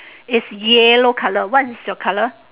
is yellow colour what is your colour